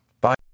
Bye